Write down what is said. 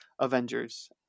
Avengers